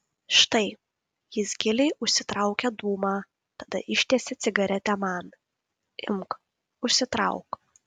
štai jis giliai užsitraukia dūmą tada ištiesia cigaretę man imk užsitrauk